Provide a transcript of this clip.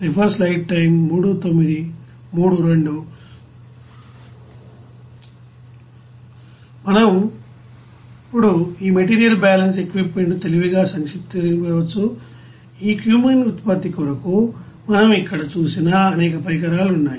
ఇప్పుడు మనం ఈ మెటీరియల్ బ్యాలెన్స్ ఎక్విప్ మెంట్ ని తెలివిగా సంక్షిప్తీకరించవచ్చు ఈ క్యూమీన్ ఉత్పత్తి కొరకు మనం ఇక్కడ చూసిన అనేక పరికరాలు ఉన్నాయి